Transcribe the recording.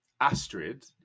Astrid